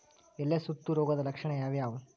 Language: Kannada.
ಎಲೆ ಸುತ್ತು ರೋಗದ ಲಕ್ಷಣ ಯಾವ್ಯಾವ್?